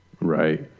Right